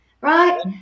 right